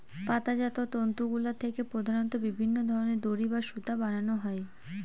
পাতাজাত তন্তুগুলা থেকে প্রধানত বিভিন্ন ধরনের দড়ি বা সুতা বানানো হয়